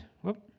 Whoop